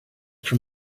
from